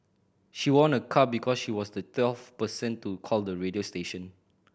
she won a car because she was the twelfth person to call the radio station